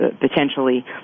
potentially